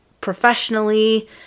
professionally